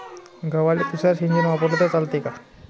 गव्हाले तुषार सिंचन वापरले तर चालते का?